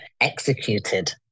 executed